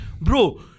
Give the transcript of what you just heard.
bro